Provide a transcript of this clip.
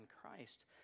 Christ